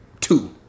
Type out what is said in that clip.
two